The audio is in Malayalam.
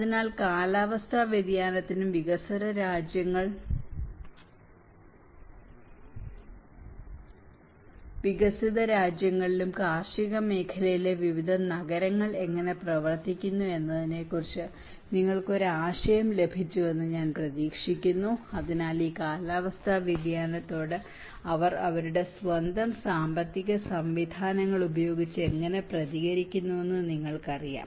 അതിനാൽ കാലാവസ്ഥാ വ്യതിയാനത്തിലും വികസ്വര രാജ്യങ്ങളിലും വികസിത രാജ്യങ്ങളിലും കാർഷിക മേഖലയിലെ വിവിധ നഗരങ്ങൾ എങ്ങനെ പ്രവർത്തിക്കുന്നു എന്നതിനെക്കുറിച്ച് നിങ്ങൾക്ക് ഒരു ആശയം ലഭിച്ചുവെന്ന് ഞാൻ പ്രതീക്ഷിക്കുന്നു അതിനാൽ ഈ കാലാവസ്ഥാ വ്യതിയാനത്തോട് അവർ അവരുടെ സ്വന്തം സാമ്പത്തിക സംവിധാനങ്ങൾ ഉപയോഗിച്ച് എങ്ങനെ പ്രതികരിക്കുന്നുവെന്ന് നിങ്ങൾക്കറിയാം